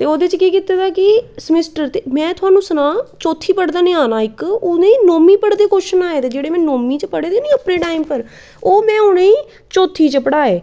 ते ओह्दे च केह् कीते दा कि समिस्टर में थोहानूं सनांऽ चौथी पढ़दा ञ्याणा इक्क उनें नौंमीं पढ़े दे क्वाशन आए दे जेह्ड़े में नौमीं च पढ़े दे नी अपने टाईम पर ओहे में उनेंई चौत्थी च पढ़ाए